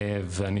אני